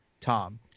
Tom